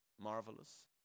marvelous